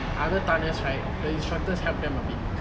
other right the instructors help them a bit